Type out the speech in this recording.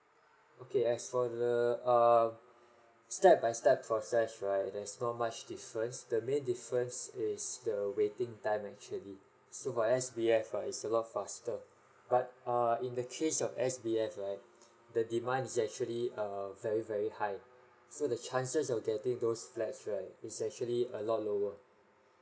okay as for the err step by step process right there's not much difference the main difference is the waiting time actually so as for S_B_F right it is a lot faster but err in the case of S_B_F right the demand is actually err very very high so the chances of getting those flats right is actually a lot lower